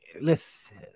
Listen